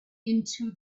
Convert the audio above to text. into